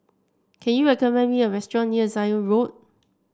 can you recommend me a restaurant near Zion Road